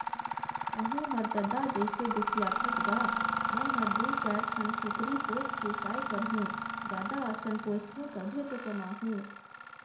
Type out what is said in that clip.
तहूँ हर ददा जइसे गोठियाथस गा मैं हर दू चायर ठन कुकरी पोयस के काय करहूँ जादा असन पोयसहूं तभे तो कमाहूं